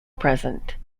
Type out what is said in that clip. present